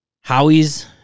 Howie's